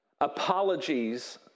Apologies